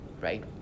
right